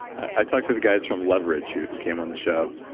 i talked to the guys from leverage who who came on the show,